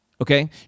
Okay